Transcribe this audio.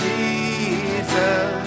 Jesus